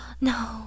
no